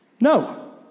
no